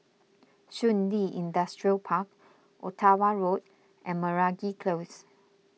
Shun Li Industrial Park Ottawa Road and Meragi Close